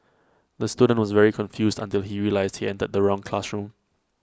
the student was very confused until he realised he entered the wrong classroom